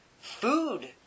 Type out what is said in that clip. food